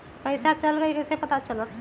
पैसा चल गयी कैसे पता चलत?